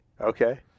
Okay